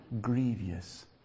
grievous